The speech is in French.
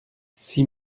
six